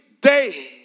day